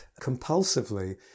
compulsively